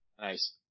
Nice